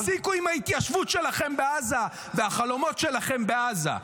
תפסיקו עם ההתיישבות שלכם בעזה והחלומות שלכם בעזה.